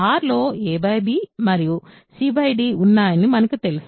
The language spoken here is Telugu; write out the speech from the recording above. R లో a b మరియు c d ఉన్నాయని మనకు తెలుసు